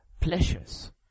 pleasures